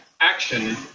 action